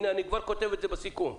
אני כבר כותב בסיכום,